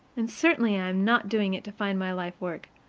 and certainly i am not doing it to find my life work,